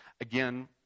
Again